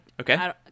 okay